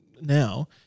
now